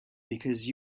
because